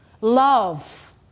love